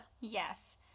Yes